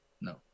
No